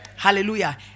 Hallelujah